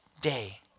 day